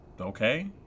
Okay